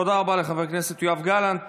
תודה רבה לחבר הכנסת יואב גלנט.